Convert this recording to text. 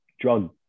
drug